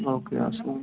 okay اسلام علیکُم